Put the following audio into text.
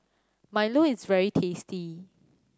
milo is very tasty